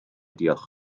diolch